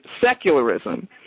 secularism